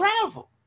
travel